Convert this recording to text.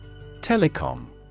Telecom